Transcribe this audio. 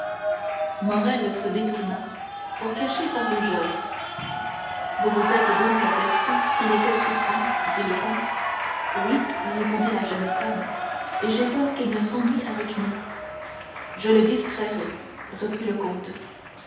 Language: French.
morrel se détourna pour cacher sa rougeur vous vous êtes donc aperçue qu'il était souffrant dit le comte oui répondit la jeune femme et j'ai peur qu'il ne s'ennuie avec nous je le distrairai reprit le comte